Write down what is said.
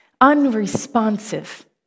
Unresponsive